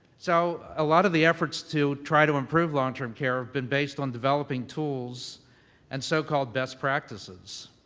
so, a lot of the efforts to try to improve long-term care have been based on developing tools and so-called best practices.